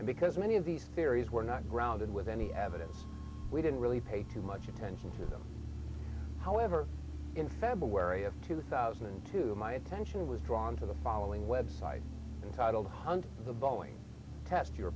because many of these theories were not grounded with any evidence we didn't really pay too much attention to them however in february of two thousand and two my attention was drawn to the following website titled hunt the boeing test your